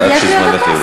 אז יש לי עוד דקה.